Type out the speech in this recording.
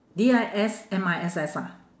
D I S M I S S ah